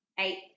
eight